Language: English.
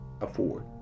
afford